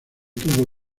tuvo